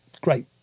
great